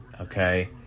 okay